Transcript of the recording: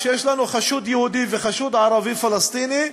כשיש לנו חשוד יהודי וחשוד ערבי פלסטיני,